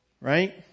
Right